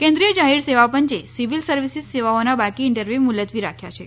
કેન્દ્રીય જાહેર સેવા પંચે સીવીલ સર્વીસીસ સેવાઓના બાકી ઇન્ટરવ્યુ મુલત્વી રાખ્યા છે